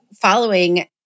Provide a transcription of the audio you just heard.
following